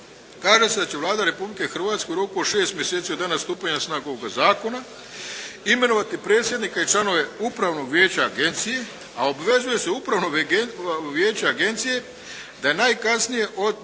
kaže se da će Vlada Republike Hrvatske u roku od 6 mjeseci od dana stupanja na snagu ovoga Zakona imenovati predsjednika i članove Upravnog vijeća Agencije a obvezuje se Upravno vijeće Agencije da najkasnije od,